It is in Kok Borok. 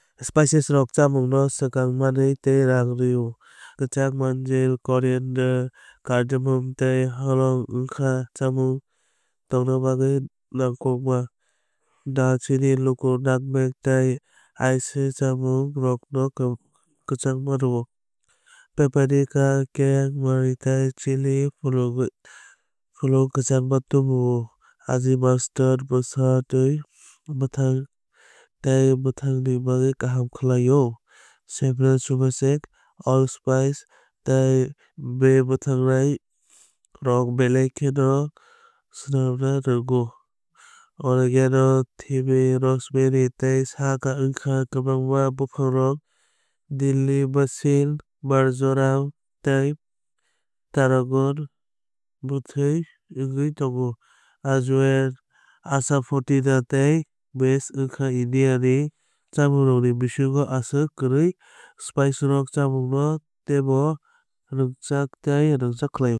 Spices rok chamung no swkang mwnwi tei rang rw o. Kwchak mwng jil koriander kardamom tei hlwng wngkha chamung tongna bagwi nangkukma. Darchini luku nutmeg tei anise chámungrokno kwchang rwo. Paprika kayen mwng tei chili phulwng kwchangma rowu. Aji mustard bwsatwi bwthwng tei bwthang ni bagwui kaham khlaio. Saffron sumac alspice tei bay bwthangnai rok belai kheno swkang rwgo. Oregano thyme rosemary tei sage wngkha kwbangma buphangrok. Dill basil marjoram tei tarragon bwthwui wngwui tongo. Ajwain asafoetida tei mace wngkha Indiani chamungrokni bisingo aswk kwrwi. Spice rok chamung no teibo rwngchak tei rwngchak khlaio.